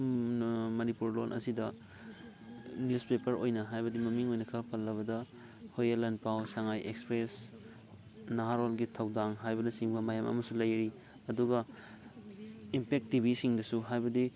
ꯃꯅꯤꯄꯨꯔ ꯂꯣꯟ ꯑꯁꯤꯗ newspaper ꯑꯣꯏꯅ ꯍꯥꯏꯕꯗꯤ ꯃꯃꯤꯡ ꯑꯣꯏꯅ ꯈꯔ ꯄꯜꯂꯕꯗ ꯍꯨꯏꯌꯦꯜ ꯂꯥꯟꯄꯥꯎ ꯁꯉꯥꯏ ꯑꯦꯛꯁꯄ꯭ꯔꯦꯁ ꯅꯍꯥꯔꯣꯜꯒꯤ ꯊꯧꯗꯥꯡ ꯍꯥꯏꯕꯅ ꯆꯤꯡꯕ ꯃꯌꯥꯝ ꯑꯃꯁꯨ ꯂꯩꯔꯤ ꯑꯗꯨꯒ ꯏꯝꯄꯦꯛ ꯇꯤꯕꯤ ꯁꯤꯡꯗꯁꯨ ꯍꯥꯏꯕꯗꯤ